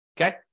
Okay